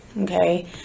Okay